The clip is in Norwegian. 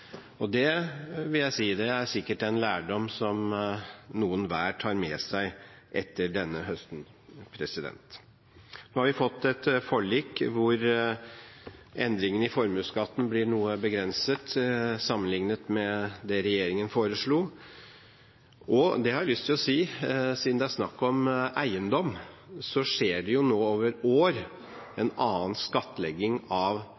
budsjettpolitikken. Det vil jeg si sikkert er en lærdom som noen hver tar med seg etter denne høsten. Nå har vi fått et forlik hvor endringene i formuesskatten blir noe begrenset sammenlignet med det regjeringen foreslo. Og siden det er snakk om eiendom, har jeg lyst til å si at det nå over år skjer en annen skattlegging av